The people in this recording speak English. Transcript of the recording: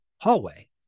hallway